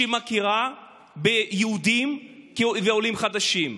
שמכירה ביהודים כעולים חדשים.